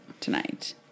tonight